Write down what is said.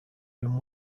whom